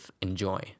enjoy